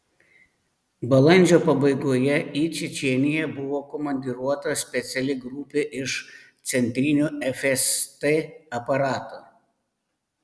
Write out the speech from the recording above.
balandžio pabaigoje į čečėniją buvo komandiruota speciali grupė iš centrinio fst aparato